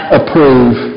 approve